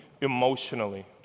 emotionally